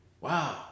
Wow